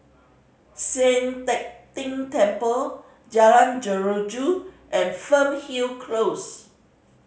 Sian Teck Tng Temple Jalan Jeruju and Fernhill Close